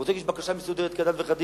הוא רוצה להגיש בקשה מסודרת כדת וכדין,